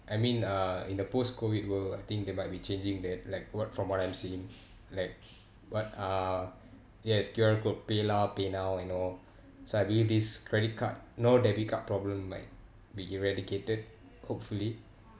I mean uh in the post-COVID world I think they might be changing that like what from what I'm seeing like but uh yes Q_R code pay lah paynow and all so I believe this credit card no debit card problem might be eradicated hopefully